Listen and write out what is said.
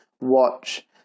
watch